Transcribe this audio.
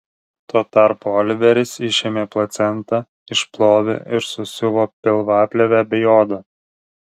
tuo tarpu oliveris išėmė placentą išplovė ir susiuvo pilvaplėvę bei odą